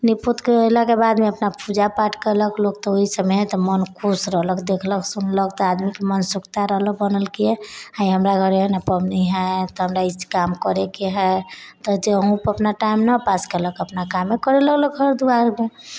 नीप पोत केलाके बादमे अपना पूजा पाठ केलक तऽ लोकके ओहिसँ मोन खुश रहलक देखलक सुनलक तऽ आदमीके मोनमे उत्सुकता रहल बनल कि आइ हमरा घरे ने पावनि हइ तऽ हमरा ई काम करैके हइ तऽ अपना टाइम नहि पास केलक अपना कामे करि लेलक घर दुआरमे